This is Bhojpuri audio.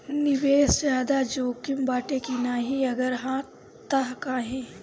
निवेस ज्यादा जोकिम बाटे कि नाहीं अगर हा तह काहे?